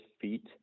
feet